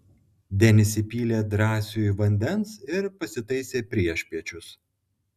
denis įpylė drąsiui vandens ir pasitaisė priešpiečius